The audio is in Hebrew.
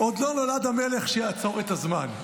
-- עוד לא נולד המלך שיעצור את הזמן.